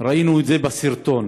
ראינו את זה בסרטון,